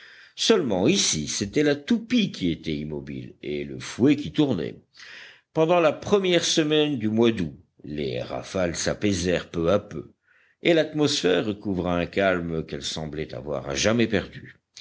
seulement ici c'était la toupie qui était immobile et le fouet qui tournait pendant la première semaine du mois d'août les rafales s'apaisèrent peu à peu et l'atmosphère recouvra un calme qu'elle semblait avoir à jamais perdu